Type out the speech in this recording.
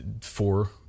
four